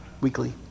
Weekly